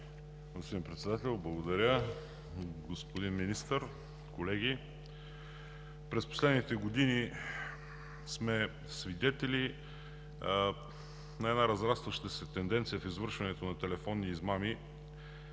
Господин Председател, благодаря. Господин Министър, колеги! През последните години сме свидетели на една разрастваща се тенденция в извършването на телефонни измами,